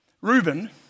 Reuben